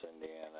Indiana